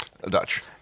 Dutch